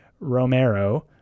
Romero